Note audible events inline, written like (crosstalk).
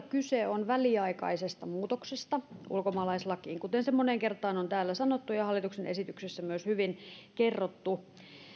(unintelligible) kyse on väliaikaisesta muutoksesta ulkomaalaislakiin kuten se moneen kertaan on täällä sanottu ja hallituksen esityksessä myös hyvin kerrottu